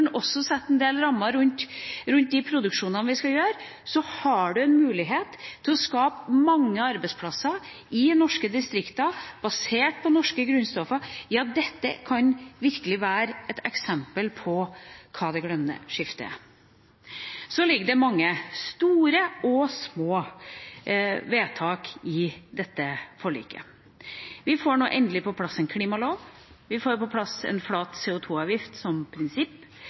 naturen også setter en del rammer rundt produksjonene vi skal ha, så har en en mulighet til å skape mange arbeidsplasser i norske distrikter basert på norske grunnstoffer. Ja, dette kan virkelig være et eksempel på hva det grønne skiftet er. Så ligger det mange store og små vedtak i dette forliket. Vi får nå endelig på plass en klimalov, vi får på plass en flat CO 2 -avgift som prinsipp,